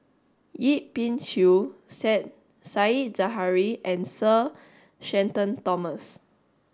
Yip Pin Xiu said Zahari and Sir Shenton Thomas